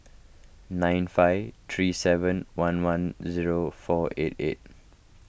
nine five three seven one one zero four eight eight